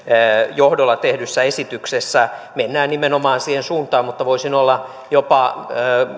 johdolla tehdyssä esityksessä mennään nimenomaan siihen suuntaan mutta voisin jopa olla